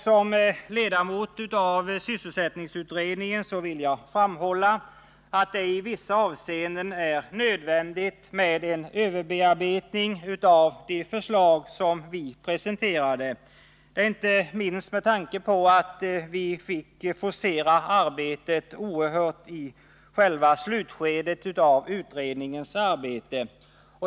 Som ledamot av sysselsättningsutredningen vill jag framhålla att det i vissa avseenden är nödvändigt med en överarbetning av de förslag vi presenterade, inte minst med tanke på att vi tvingades till en oerhörd forcering i slutskedet av utredningsarbetet.